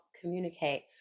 communicate